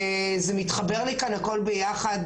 וזה מתחבר לי טוב הכל ביחד.